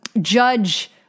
judge